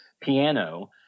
piano